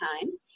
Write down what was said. time